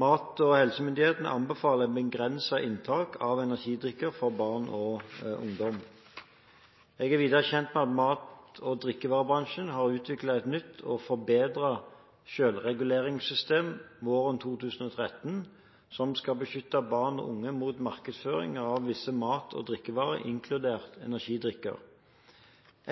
Mat- og helsemyndighetene anbefaler et begrenset inntak av energidrikker for barn og ungdom. Jeg er videre kjent med at mat- og drikkevarebransjen har utviklet et nytt og forbedret selvreguleringssystem våren 2013, som skal beskytte barn og unge mot markedsføring av visse mat- og drikkevarer, inkludert energidrikker.